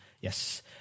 Yes